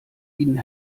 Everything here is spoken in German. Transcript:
ihnen